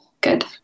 good